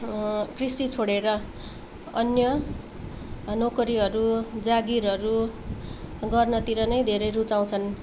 कृषि छोडेर अन्य नोकरीहरू जागिरहरू गर्नतिर नै धेरै रुचाउँछन्